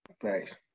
Thanks